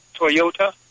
Toyota